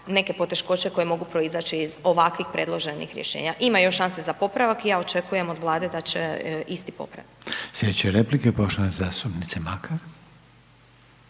neke poteškoće koje mogu proizaći iz ovakvih predloženih rješenja. Ima još šanse za popravak i ja očekujem od Vlade da će isti popraviti. **Reiner, Željko (HDZ)** Sljedeća replika je poštovane zastupnice Makar.